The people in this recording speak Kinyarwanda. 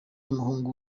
umuhungu